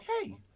Okay